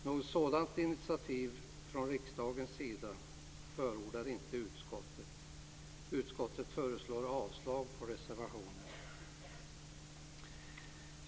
Något sådant initiativ från riksdagens sida förordar inte utskottet. Utskottet föreslår avslag på reservationen.